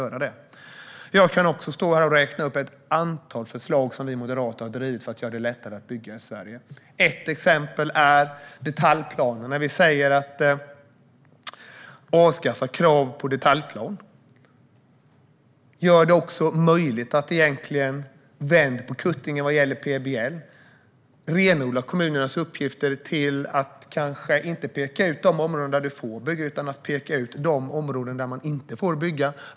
Jag kan också stå här och räkna upp ett antal förslag som vi moderater har drivit för att göra det lättare att bygga i Sverige. Ett exempel är detaljplaner; vi vill avskaffa kravet på detaljplan. Vänd på kuttingen vad gäller PBL! Renodla kommunernas uppgifter till att kanske inte peka ut de områden där man får bygga utan i stället peka ut de områden där man inte får bygga.